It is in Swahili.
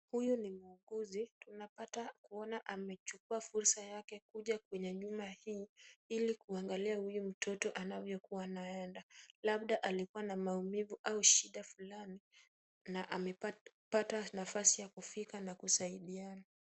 Huyu ni muuguzi tunapata kuona amechukua fursa yake kuja kwenye nyumba hii ili kuangalia huyu mtoto anavyokuwa anaenda. Labda alikuwa na maumivu au shida fulani na amepata nafasi ya kufika na kusaidiana.